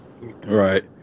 Right